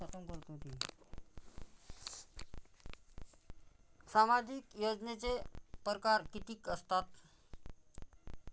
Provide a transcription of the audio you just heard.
सामाजिक योजनेचे परकार कितीक असतात?